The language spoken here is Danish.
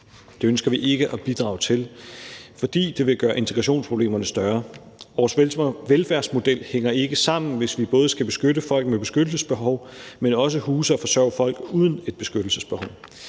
Det ønsker vi ikke at bidrage til, fordi det vil gøre integrationsproblemerne større. Vores velfærdsmodel hænger ikke sammen, hvis vi både skal beskytte folk med et beskyttelsesbehov, men også huse og forsørge folk uden et beskyttelsesbehov,